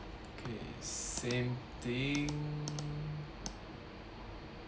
okay same thing